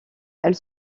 elle